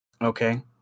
Okay